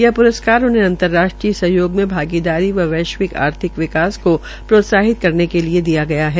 यह प्रस्कार उनहें अंतर्राष्ट्रीय सहयोग से भागीदारी व वैश्विवक आर्थिक विकास को प्रोत्साहन करने के लिये दिया गया है